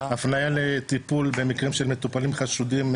הפנייה לטיפול במקרים של מטופלים חשודים,